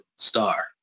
star